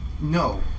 No